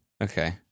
Okay